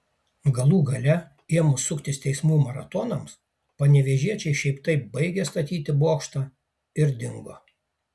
galų gale ėmus suktis teismų maratonams panevėžiečiai šiaip taip baigė statyti bokštą ir dingo